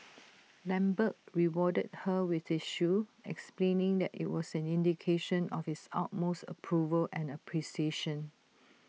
lambert rewarded her with his shoe explaining that IT was an indication of his utmost approval and appreciation